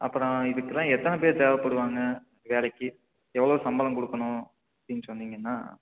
அப்புறம் இதுக்கெலாம் எத்தனை பேர் தேவைப்படுவாங்க வேலைக்கு எவ்வளோ சம்பளம் ககொடுக்கணும் அப்படின்னு சொன்னீங்கன்னா